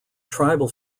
tribal